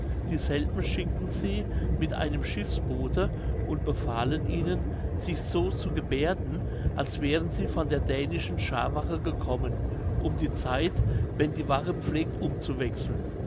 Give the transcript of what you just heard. dieselben schickten sie mit einem schiffsboote und befahlen ihnen sich so zu gebährden als wären sie von der dänischen schaarwache gekommen um die zeit wenn die wache pflegt umzuwechseln